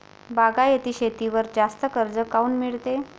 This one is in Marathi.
बागायती शेतीवर जास्त कर्ज काऊन मिळते?